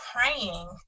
praying